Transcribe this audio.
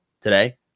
today